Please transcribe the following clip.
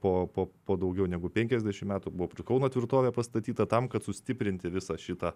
po po po daugiau negu penkiasdešim metų buvo prie kauno tvirtovė pastatyta tam kad sustiprinti visą šitą